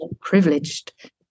privileged